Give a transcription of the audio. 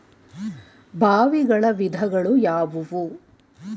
ಬಾವಿಗಳ ವಿಧಗಳು ಯಾವುವು?